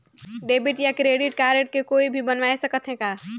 Debit या credit card के कोई भी बनवाय सकत है का?